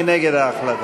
מי נגד ההחלטה?